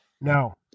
No